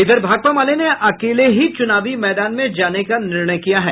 इधर भाकपा माले ने अकेले ही चुनावी मैदान में जाने का निर्णय किया है